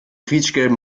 quietschgelben